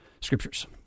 scriptures